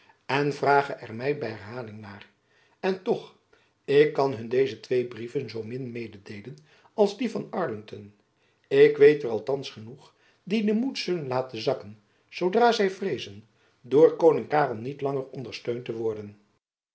en vragen er my by herhaling naar en toch ik kan hun deze twee brieven zoo min mededeelen als dien van arlington ik weet er althands genoeg die den moed zullen laten zakken zoodra zy vreezen door koning karel niet langer ondersteund te worden